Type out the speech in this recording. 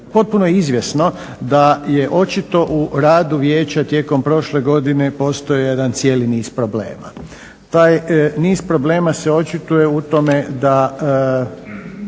potpuno je izvjesno da je očito u radu Vijeća tijekom prošle godine postojao jedan cijeli niz problema. Taj niz problema se očituje u tome da,